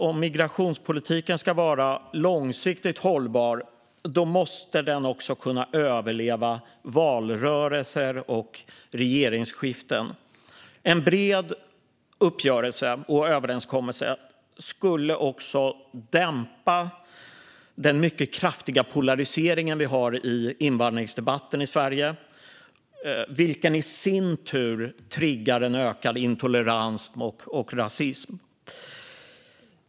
Om migrationspolitiken ska vara långsiktigt hållbar måste den också kunna överleva valrörelser och regeringsskiften. En bred uppgörelse och överenskommelse skulle dessutom dämpa den mycket kraftiga polarisering som vi i Sverige har i invandringsdebatten. Den triggar i sin tur en ökad intolerans och rasism.